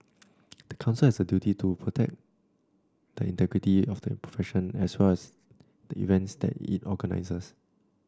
the Council has a duty to protect the integrity of the profession as well as the events that it organises